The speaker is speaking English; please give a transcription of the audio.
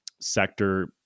sector